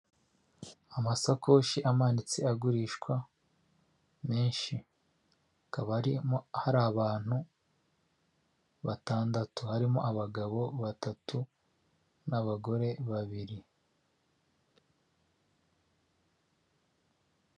Amasakoshi amanitse agurishwa menshi, hakaba hari hari abantu batandatu, harimo abagabo batatu n'abagore babiri.